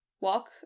walk